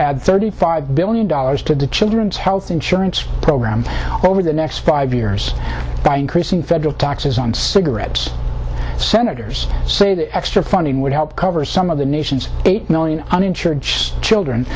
add thirty five billion dollars to the children's health insurance program over the next five years by increasing federal taxes on cigarettes senators say the extra funding would help cover some of the nation's eight million uninsured children